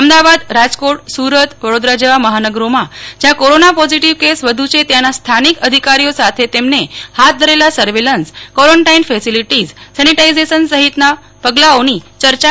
અમદાવાદ રાજકોટ સુરત વડોદરા જેવા મહાનગરોમાં જ્યાં કોરોના પોઝીટીવ કેસ વધુ છે ત્યાંના સ્થાનિક અધિકારીઓ સાથે તેમને હાથ ધરેલા સર્વેલન્સ ક્વોરેન્ટાઇન ફેસીલીટીઝ સેનીટાઈઝેશન સહિતના પગલાઓની ચર્ચા કરી હતી